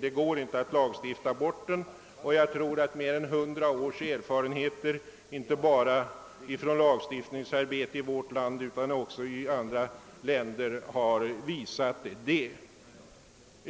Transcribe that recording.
det går inte att lagstifta bort den oförtjänta markvärdestegringen. Mer än 100 års erfarenheter av lagstiftningsarbete inte bara i vårt land utan också i andra länder har visat detta.